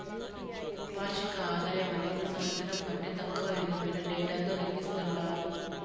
వార్షిక ఆదాయమనేది సంవత్సరం కంటే తక్కువ ఇలువైన డేటాతో లెక్కిస్తండారు